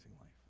life